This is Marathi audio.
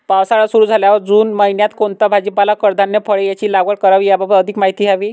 पावसाळा सुरु झाल्यावर जून महिन्यात कोणता भाजीपाला, कडधान्य, फळे यांची लागवड करावी याबाबत अधिक माहिती द्यावी?